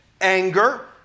anger